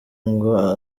ngo